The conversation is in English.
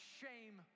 shame